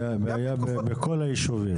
זה היה בכל היישובים.